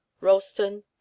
ralston